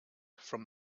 from